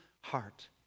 heart